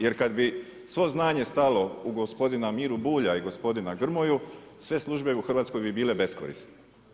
Jer kad bi svo znanje stalo u gospodina Miru Bulja i gospodina Grmoju sve službe u Hrvatskoj bi bile beskorisne.